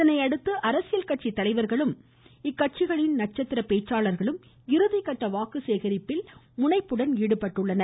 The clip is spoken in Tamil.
இதனையடுத்து அரசியல் கட்சித்தலைவா்களும் இக்கட்சிகளின் நட்சத்திர பேச்சாளர்களும் இறுதிகட்ட வாக்கு சேகரிப்பில் முனைப்புடன் ஈடுபட்டுள்ளனர்